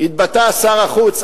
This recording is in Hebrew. התבטא שר החוץ,